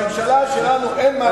לממשלה שלנו אין מה לעשות,